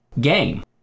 game